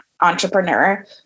entrepreneur